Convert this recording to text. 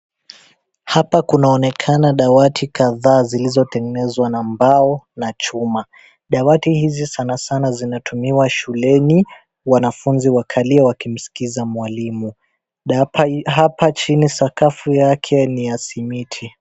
Apa kunaoenekana dawati kadhaaa zilizotengenezwa na mbao na chuma dawati hizi sana sana zinatumiwa shule wanafunzi wakalie wakimskiza mwalimu. Hapa chini sakafu yake ni ya simiti.